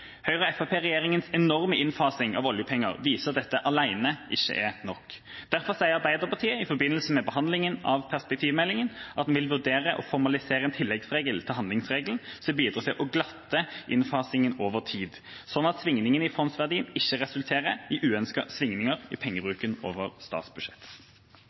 enorme innfasing av oljepenger viser at dette alene ikke er nok. Derfor sier Arbeiderpartiet i forbindelse med behandlingen av perspektivmeldinga at vi vil vurdere å formalisere en tilleggsregel til handlingsregelen som bidrar til å glatte innfasingen over tid, slik at svingningene i fondsverdien ikke resulterer i uønskede svingninger i pengebruken over statsbudsjettet.